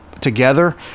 together